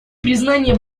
признание